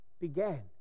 began